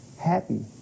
Happy